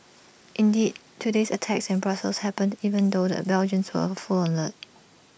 indeed today's attacks in Brussels happened even though the Belgians were on full alert